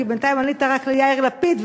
כי בינתיים ענית רק ליאיר לפיד,